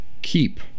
keep